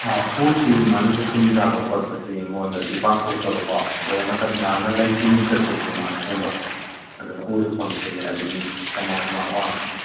ꯑꯥ ꯎꯁꯤꯡ ꯃꯅꯗꯦ ꯁꯨꯝ ꯆꯥꯕ ꯈꯣꯠꯄꯁꯤ ꯃꯉꯣꯟꯗꯗꯤ ꯄꯥꯛ ꯊꯣꯛꯇꯕ ꯀꯣ ꯑꯗꯣ ꯃꯁꯛ ꯅꯥꯟꯅ ꯂꯩ ꯀꯨꯏꯅ ꯆꯠꯄꯁꯤꯁꯨ ꯃꯥꯅ ꯍꯦꯟꯕ ꯑꯗꯨꯅ ꯎꯁꯨ ꯐꯪꯗꯕꯒꯤꯅꯦ ꯑꯗꯨꯒꯤ ꯈꯤꯇꯪ ꯃꯃꯜ ꯃꯥꯅ ꯋꯥꯡꯂꯤꯁꯦ